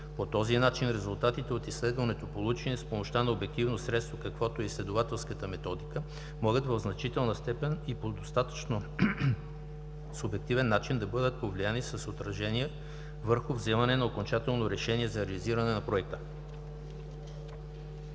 По този начин резултатите от изследването, получени с помощта на обективно средство, каквото е изследователската методика, могат в значителна степен и по достатъчно субективен начин да бъдат повлияни с отражение върху взимане на окончателното решение за реализиране на проекта.